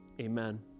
Amen